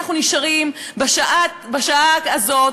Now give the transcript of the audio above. אנחנו נשארים בשעה הזאת,